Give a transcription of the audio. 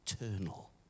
eternal